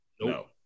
No